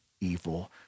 evil